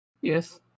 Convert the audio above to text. Yes